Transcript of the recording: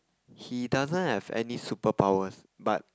he doesn't have any superpowers but